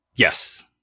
Yes